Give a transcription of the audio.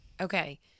Okay